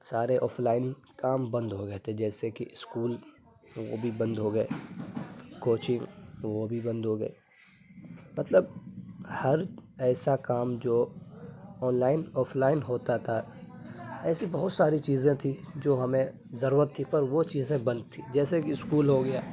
سارے offline کام بند ہو گئے تھے جیسے کہ اسکول وہ بھی بند ہو گئے کوچنگ وہ بھی بند ہو گئے مطلب ہر ایسا کام جو آن لائن آف لائن ہوتا تھا ایسی بہت ساری چیزیں تھی جو ہمیں ضرورت تھی پر وہ چیزیں بند تھی جیسے کہ اسکول ہو گیا